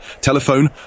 Telephone